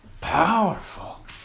Powerful